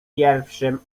pierwszym